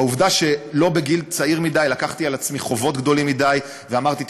העובדה שלא בגיל צעיר מדי לקחתי על עצמי חובות גדולים מדי ואמרתי,